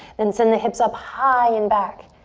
then send the hips up high and back.